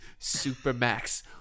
Supermax